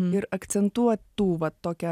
ir akcentuotų va tokią